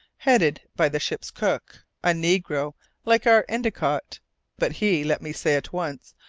headed by the ship's cook, a negro like our endicott but he, let me say at once,